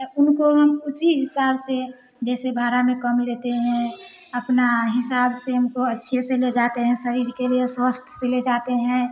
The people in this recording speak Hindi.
तो उनको हम उसी हिसाब से जैसे भाड़ा में कम लेते हैं अपना हिसाब से हमको अच्छे से ले जाते हैं शरीर के लिए स्वस्थ से ले जाते हैं